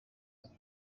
فضا